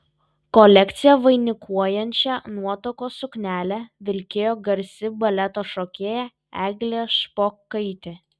kolekciją vainikuojančią nuotakos suknelę vilkėjo garsi baleto šokėja eglė špokaitė